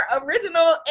original